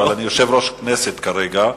אבל אני יושב-ראש כנסת כרגע.